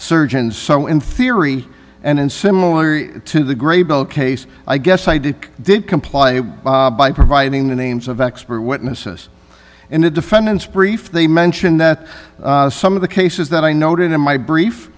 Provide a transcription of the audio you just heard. surgeons so in theory and in similar to the grey bill case i guess i did did comply by providing the names of expert witnesses in the defendant's brief they mention that some of the cases that i noted in my brief